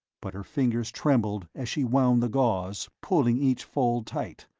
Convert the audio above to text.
but her fingers trembled as she wound the gauze, pulling each fold tight.